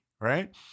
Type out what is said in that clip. Right